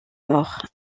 mort